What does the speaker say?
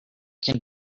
can